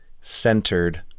centered